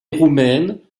roumaine